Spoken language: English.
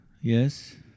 Yes